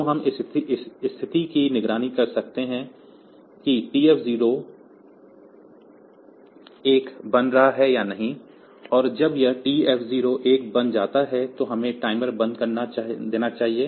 तो हम इस स्थिति की निगरानी कर सकते हैं कि यह TF 0 1 बन रहा है या नहीं और जब यह TF0 1 बन जाता है तो हमें टाइमर बंद कर देना चाहिए